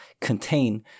contain